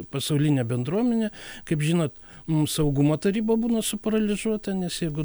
pasaulinė bendruomenė kaip žinot mums saugumo taryba būna suparalyžiuota nes jeigu